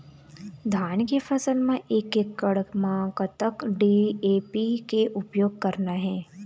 धान के फसल म एक एकड़ म कतक डी.ए.पी के उपयोग करना हे?